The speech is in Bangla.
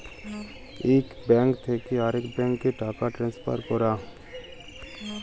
ইক ব্যাংক থ্যাকে আরেক ব্যাংকে টাকা টেলেসফার ক্যরা